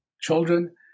children